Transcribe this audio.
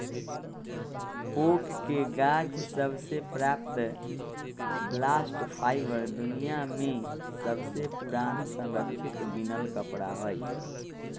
oak के गाछ सभ से प्राप्त बास्ट फाइबर दुनिया में सबसे पुरान संरक्षित बिनल कपड़ा हइ